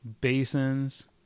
basins